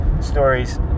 stories